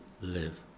live